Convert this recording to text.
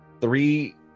three